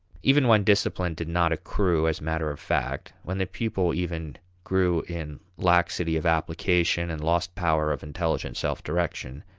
even when discipline did not accrue as matter of fact, when the pupil even grew in laxity of application and lost power of intelligent self-direction,